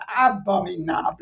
Abominable